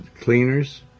cleaners